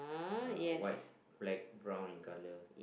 uh white black brown in colour